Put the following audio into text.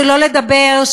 שלא לדבר,